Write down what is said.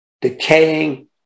decaying